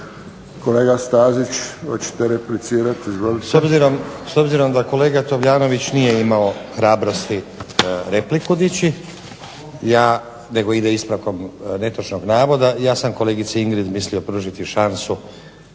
**Stazić, Nenad (SDP)** S obzirom da kolega Tomljanović nije imao hrabrosti repliku dići, nego ide ispravkom netočnog navoda, ja sam kolegici Ingrid mislio pružiti šansu